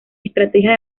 estrategias